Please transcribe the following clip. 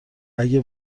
اگه